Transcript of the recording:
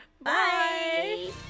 Bye